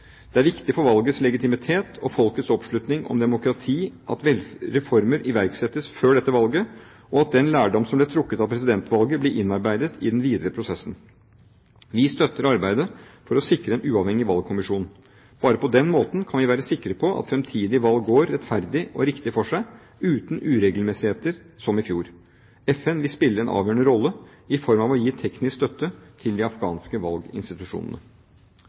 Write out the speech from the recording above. Det er viktig for valgets legitimitet og folkets oppslutning om demokratiet at reformer iverksettes før dette valget, og at den lærdom som ble trukket av presidentvalget, blir innarbeidet i den videre prosessen. Vi støtter arbeidet for å sikre en uavhengig valgkommisjon. Bare på den måten kan vi være sikre på at fremtidige valg går rettferdig og riktig for seg, uten uregelmessigheter som i fjor. FN vil spille en avgjørende rolle i form av å gi teknisk støtte til de afghanske valginstitusjonene.